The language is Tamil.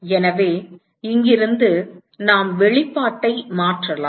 எனவே இங்கிருந்து நாம் வெளிப்பாட்டை மாற்றலாம்